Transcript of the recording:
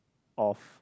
of